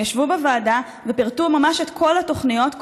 הם ישבו בוועדה ופירטו ממש את כל התוכניות,